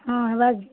ହଁ ହେଲା ଯେ